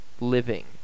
living